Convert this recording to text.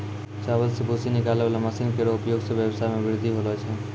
चावल सें भूसी निकालै वाला मसीन केरो उपयोग सें ब्यबसाय म बृद्धि होलो छै